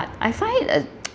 I find it uh